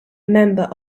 member